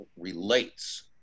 relates